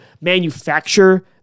manufacture